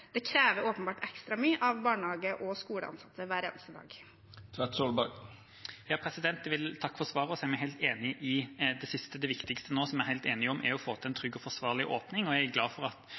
krever ekstra mye av barnehage- og skoleansatte hver eneste dag. Jeg vil takke for svaret og si meg helt enig i det siste. Det viktigste nå, som vi er helt enige om, er å få til en trygg og forsvarlig åpning. Jeg er glad for at